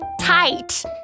tight